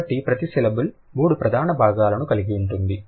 కాబట్టి ప్రతి సిలబుల్ మూడు ప్రధాన భాగాలను కలిగి ఉంటుంది